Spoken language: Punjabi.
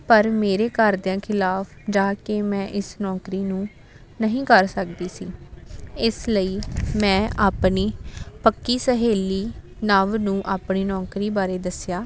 ਪਰ ਮੇਰੇ ਘਰਦਿਆਂ ਖਿਲਾਫ਼ ਜਾ ਕੇ ਮੈਂ ਇਸ ਨੌਕਰੀ ਨੂੰ ਨਹੀਂ ਕਰ ਸਕਦੀ ਸੀ ਇਸ ਲਈ ਮੈਂ ਆਪਣੀ ਪੱਕੀ ਸਹੇਲੀ ਨਵ ਨੂੰ ਆਪਣੀ ਨੌਕਰੀ ਬਾਰੇ ਦੱਸਿਆ